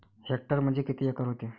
Hectare म्हणजे किती acre व्हते?